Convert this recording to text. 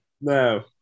No